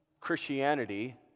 Christianity